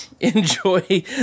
Enjoy